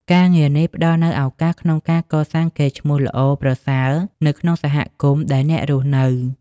ការងារនេះផ្តល់នូវឱកាសក្នុងការកសាងកេរ្តិ៍ឈ្មោះល្អប្រសើរនៅក្នុងសហគមន៍ដែលអ្នករស់នៅ។